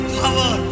power